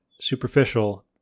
superficial